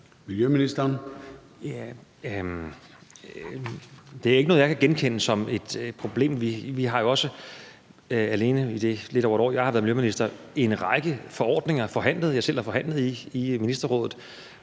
Heunicke): Det er ikke noget, jeg kan genkende som et problem. Vi har jo også alene i det lidt over et år, jeg har været miljøminister, forhandlet en række forordninger – noget, som jeg selv har forhandlet i Ministerrådet.